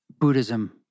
Buddhism